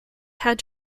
had